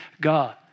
God